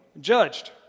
judged